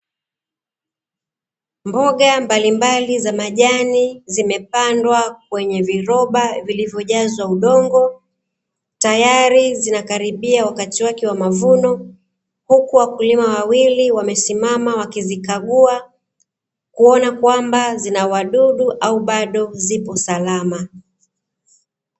Mboga mbalimbali za majani zimepandwa kwenye viroba vilizojazwa udongo, tayari zinakaribia wakati wake wa mavuno, huku wakulima wawili wamesimama wakizikagua, kuona kama bado zinawadudu au bado zipo salama.